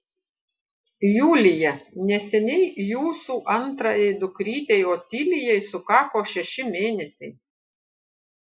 julija neseniai jūsų antrajai dukrytei otilijai sukako šeši mėnesiai